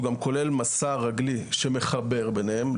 הוא גם כולל מסע הרגלי שמחבר ביניהם.